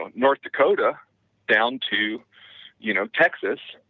north dakota down to you know texas,